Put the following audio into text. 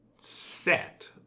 set